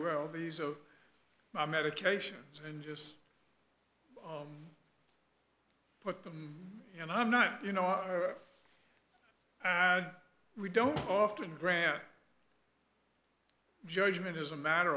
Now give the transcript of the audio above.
well these are my medications and just put them and i'm not you know i had we don't often grant judgment as a matter